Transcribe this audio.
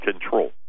control